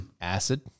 Acid